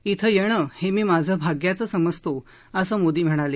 इथं येणं हे मी माझं भाग्याचं समजतो असं मोदी म्हणाले